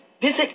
visit